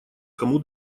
кому